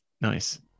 Nice